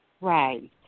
Right